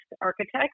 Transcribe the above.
architect